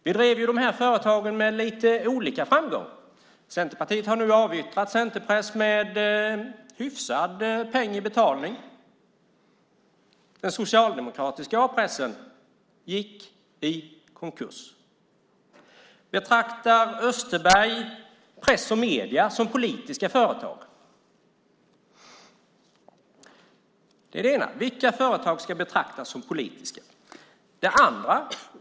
Vi drev företagen med lite olika framgång. Centerpartiet har nu avyttrat Centertidningar med en hyfsad peng i betalning. Den socialdemokratiska A-pressen gick i konkurs. Betraktar Österberg press och medier som politiska företag? Vilka företag ska betraktas som politiska?